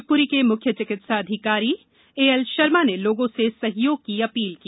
शिवपुरी के मुख्य चिकित्सा अधिकारी एएल शर्मा ने लोगों से सहयोग की अपील की